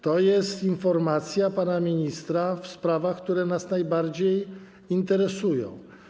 To jest informacja pana ministra w sprawach, które nas najbardziej interesują.